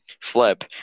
Flip